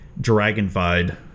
dragonfied